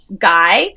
guy